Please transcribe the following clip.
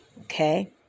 Okay